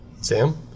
sam